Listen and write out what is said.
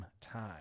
time